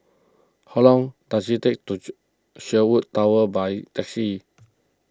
how long does it take to Sherwood Towers by taxi